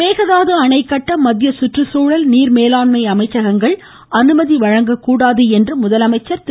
மேகதாது அணை கட்ட மத்திய சுற்றுச்சூழல் நீர் மேலாண்மை அமைச்சகங்கள் அனுமதி வழங்கக்கூடாது என்று முதலமைச்சா திரு